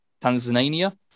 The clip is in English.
Tanzania